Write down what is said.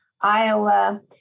Iowa